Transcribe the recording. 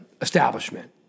establishment